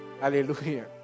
Hallelujah